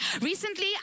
Recently